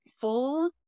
full